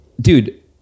dude